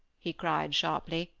he cried sharply,